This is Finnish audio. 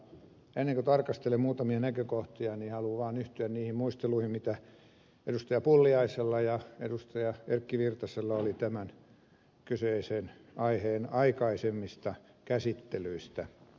ennen kuin tarkastelen muutamia näkökohtia haluan vaan yhtyä niihin muisteluihin mitä edustajilla pulliainen ja erkki virtanen oli tämän kyseisen aiheen aikaisemmista käsittelyistä